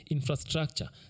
Infrastructure